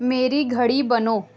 میری گھڑی بنو